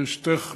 ברשותך,